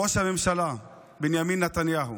ראש הממשלה בנימין נתניהו,